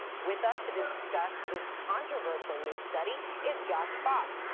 with us to discuss this controversial new study is josh fox.